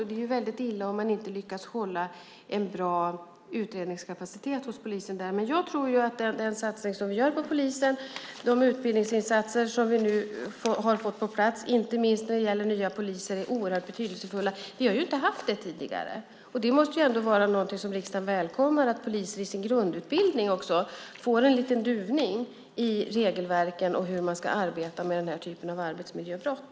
Det är väldigt illa om man inte lyckas hålla en bra utredningskapacitet hos polisen där. Men jag tror att den satsning som vi gör på polisen, de utbildningsinsatser som vi nu har fått på plats, inte minst när det gäller nya poliser, är oerhört betydelsefulla. Vi har ju inte haft det tidigare. Det måste ändå vara något som riksdagen välkomnar att poliser i sin grundutbildning får en liten duvning i regelverken och hur man ska arbeta med den här typen av arbetsmiljöbrott.